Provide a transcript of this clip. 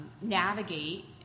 navigate